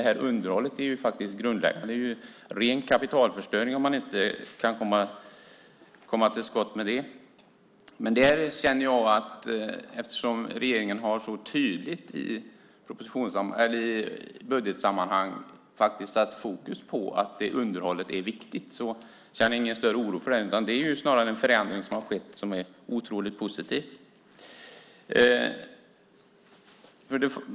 Underhållet är det grundläggande. Det är ren kapitalförstöring om man inte kan komma till skott med det. Eftersom regeringen så tydligt i budgetsammanhang har satt fokus på att underhållet är viktigt känner jag ingen större oro. Det är snarare en förändring som har skett som är otroligt positiv.